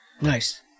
Nice